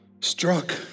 struck